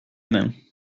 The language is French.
main